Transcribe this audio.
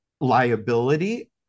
liability